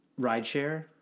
rideshare